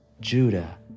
Judah